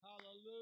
Hallelujah